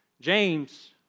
James